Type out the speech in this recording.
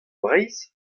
breizh